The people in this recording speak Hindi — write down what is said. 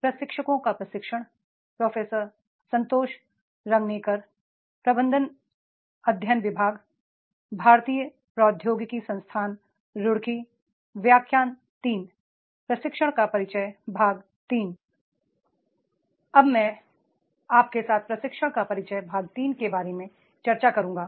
अब मैं आपके साथ प्रशिक्षण का परिचय भाग 3 के बारे में चर्चा करूंगा